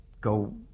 go